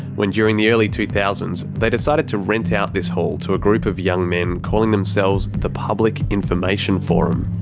when during the early two thousand s, they decided to rent out this hall to a group of young men calling themselves the public information forum.